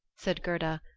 said gerda.